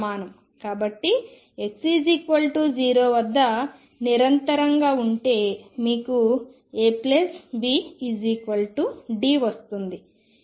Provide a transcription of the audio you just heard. కాబట్టి x0 వద్ద నిరంతరంగా ఉంటే మీకు ABD వస్తుంది